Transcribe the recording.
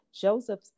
Joseph